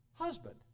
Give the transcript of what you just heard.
Husband